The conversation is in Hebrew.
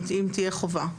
אם תהיה חובה,